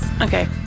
Okay